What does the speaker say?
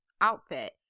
outfit